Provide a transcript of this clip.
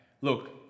Look